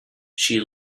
she